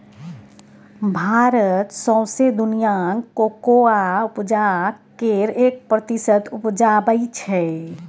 भारत सौंसे दुनियाँक कोकोआ उपजाक केर एक प्रतिशत उपजाबै छै